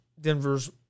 Denver's